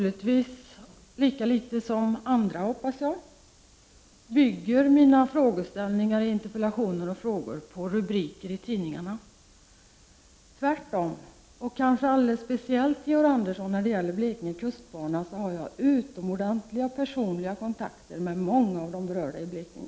Lika litet som andras, hoppas jag, bygger mina frågeställningar i interpellationer och frågor på rubriker i tidningarna — tvärtom. Speciellt när det gäller kustbanan har jag, Georg Andersson, utomordentliga personliga kontakter med många av de berörda i Blekinge.